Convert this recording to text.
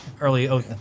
early